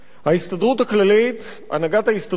הנהגת ההסתדרות הכללית